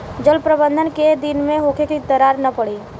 जल प्रबंधन केय दिन में होखे कि दरार न पड़ी?